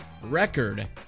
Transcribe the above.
record